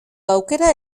aukera